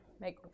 make